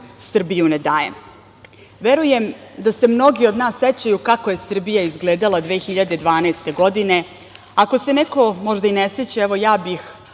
Srbiju ne dajem!"Verujem da se mnogi od nas sećaju kako je Srbija izgledala 2012. godine. Ako se neko možda i ne seća, evo ja bih